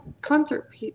concert